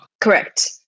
Correct